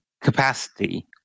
capacity